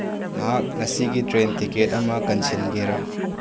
ꯅꯍꯥꯛ ꯉꯁꯤꯒꯤ train ticket ꯑꯃ ꯀꯟꯁꯤꯟꯒꯦꯔꯥ